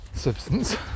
Substance